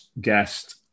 guest